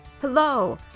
Hello